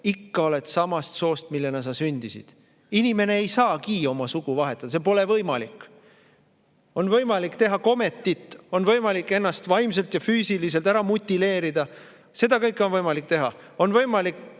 ikka oled samast soost, kellena sa sündisid. Inimene ei saagi oma sugu vahetada, see pole võimalik. On võimalik teha kometit, on võimalik ennast vaimselt ja füüsiliselt ära mutileerida. Seda kõike on võimalik teha. On võimalik